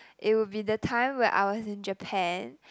it would be the time where I was in Japan